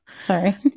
sorry